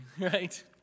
right